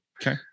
okay